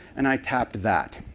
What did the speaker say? and i tap that.